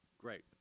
Great